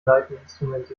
saiteninstrument